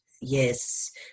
yes